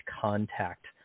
contact